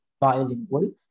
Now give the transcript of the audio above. bilingual